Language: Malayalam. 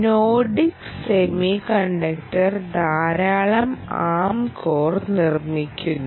നോർഡിക് സെമി കണ്ടക്ടർ ധാരാളം ആം കോർ നിർമ്മിക്കുന്നു